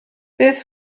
beth